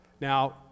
Now